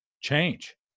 change